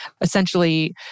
essentially